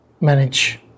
manage